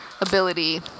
ability